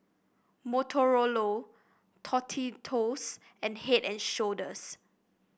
Motorola Tostitos and Head And Shoulders